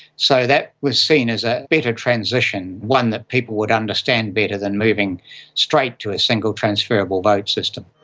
so that was seen as a better transition, one that people would understand better than moving straight to a single transferable vote system.